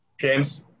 James